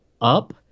up